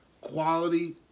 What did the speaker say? quality